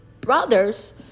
brothers